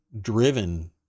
driven